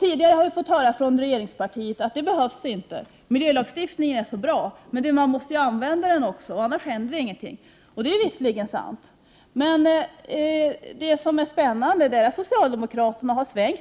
Tidigare har vi hört från regeringspartiet att det inte behövs. Miljölagstiftningen är så bra. Men man måste också använda den, för annars händer ingenting. Det är visserligen sant. Det spännande är att socialdemokraterna nu svängt.